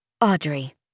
Audrey